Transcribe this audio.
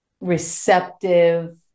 receptive